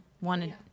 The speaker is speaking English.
wanted